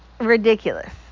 ridiculous